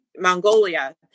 Mongolia